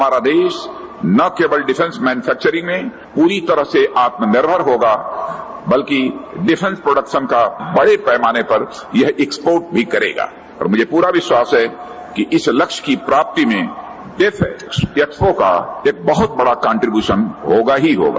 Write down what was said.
हमारा देश न केवल डिफेंस मैन्यूफैक्चरिंग में पूरी तरह से आत्मनिर्भर हो बल्कि डिफेंस प्रोडक्शन का बड़े पैमाने पर यह एक्सपोर्ट भी करेगा और मुझे पूरा विश्वास है कि इस लक्ष्य की प्राप्ति में डेफ एक्सपो का एक बड़ा कन्ट्रीब्यूशन होगा ही होगा